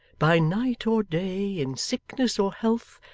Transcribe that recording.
by night or day, in sickness or health,